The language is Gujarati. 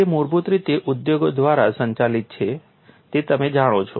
તે મૂળભૂત રીતે ઉદ્યોગો દ્વારા સંચાલિત છે તે તમે જાણો છો